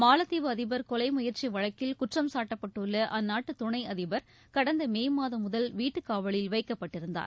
மாலத்தீவு அதிபர் கொலை முயற்சி வழக்கில் குற்றம் சாட்டப்பட்டுள்ள அந்நாட்டு துணை அதிபர் கடந்த மே மாதம் முதல் வீட்டுக் காவலில் வைக்கப்பட்டிருந்தார்